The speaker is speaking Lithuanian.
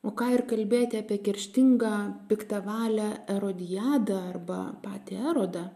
o ką ir kalbėti apie kerštingą piktą valią erodijadą arba patį erodą